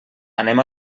anem